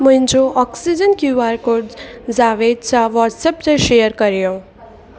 मुंहिंजो oxygen QR code Javed सां WhatsApp ते शेयर कयो